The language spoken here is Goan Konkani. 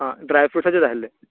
आं ड्राय फ्रुटचे जाय आसले